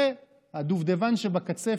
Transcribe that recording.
והדובדבן שבקצפת,